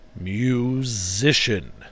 musician